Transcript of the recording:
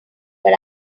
but